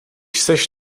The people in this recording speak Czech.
jseš